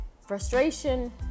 Frustration